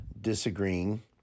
disagreeing